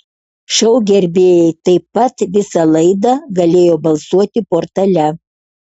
šou gerbėjai taip pat visą laidą galėjo balsuoti portale